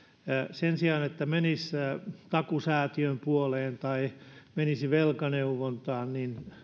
sen sijaan että menisi takuusäätiön puoleen tai menisi velkaneuvontaan